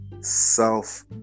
self